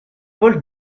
paul